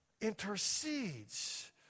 intercedes